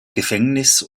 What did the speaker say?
gefängnis